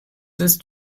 ist